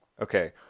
Okay